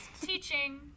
teaching